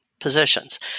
positions